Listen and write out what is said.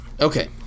Okay